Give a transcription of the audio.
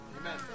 Amen